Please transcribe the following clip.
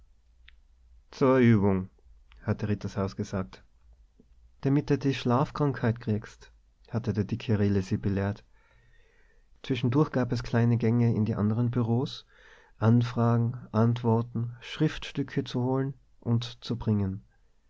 zur übung hatte rittershaus gesagt damit de die schlafkrankheit kriehst hatte der dicke rehle sie belehrt zwischendurch gab es kleine gänge in die anderen bureaus anfragen antworten schriftstücke zu holen und zu bringen